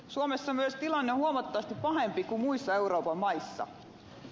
suomessa myös tilanne on huomattavasti pahempi kuin muissa euroopan maissa